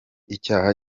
icyaha